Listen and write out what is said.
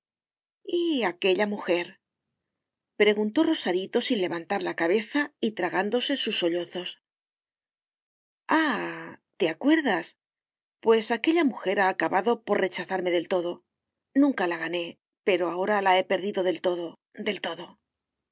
aquella mujer preguntó rosarito sin levantar la cabeza y tragándose sus sollozos ah te acuerdas pues aquella mujer ha acabado por rechazarme del todo nunca la gané pero ahora la he perdido del todo del todo